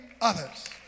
others